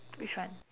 which one